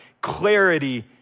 clarity